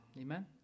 Amen